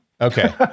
Okay